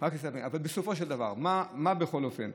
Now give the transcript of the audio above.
אבל בסופו של דבר, מה בכל אופן?